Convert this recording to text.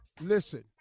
Listen